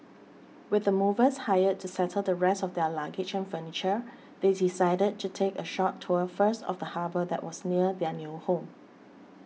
with the movers hired to settle the rest of their luggage and furniture they decided to take a short tour first of the harbour that was near their new home